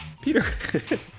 Peter